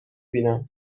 بینم